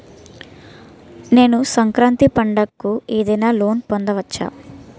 నేను సంక్రాంతి పండగ కు ఏదైనా లోన్ పొందవచ్చా?